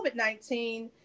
COVID-19